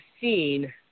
seen